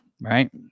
right